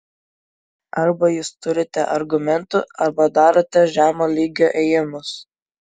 arba jūs turite argumentų arba darote žemo lygio ėjimus